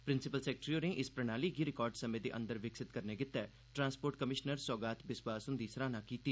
principal secretary होरें इस प्रणाली गी रिकार्ड समें दे अंदर विकसित करने गितै द्रांसपोर्ट कमिशनर सौगात बिसवास हुंदी सराहना कीती